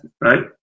right